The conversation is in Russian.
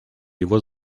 его